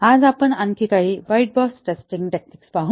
आज आपण आणखी काही व्हाईट बॉक्स टेस्टिंग टेक्निक्स पाहू